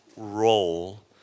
role